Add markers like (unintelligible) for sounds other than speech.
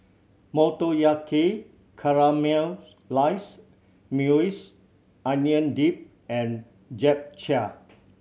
Motoyaki Caramelized Maui (unintelligible) Onion Dip and Japchae